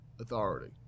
authority